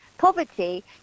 Poverty